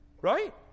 right